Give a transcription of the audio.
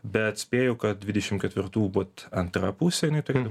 bet spėju kad dvidešimt ketvirtų vat antra pusė jinai turi